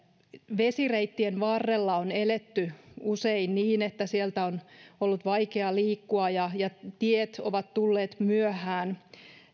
vesireittien varrella on eletty usein niin että sieltä on ollut vaikea liikkua ja ja tiet ovat tulleet myöhään